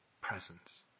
presence